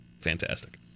Fantastic